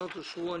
התקנות אושרו.